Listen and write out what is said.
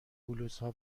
بلوزها